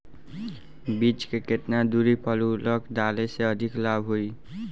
बीज के केतना दूरी पर उर्वरक डाले से अधिक लाभ होई?